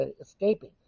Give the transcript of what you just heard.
escaping